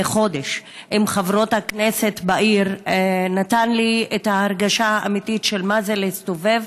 חודש עם חברות הכנסת בעיר נתן לי את ההרגשה האמיתית של מה זה להסתובב